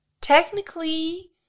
Technically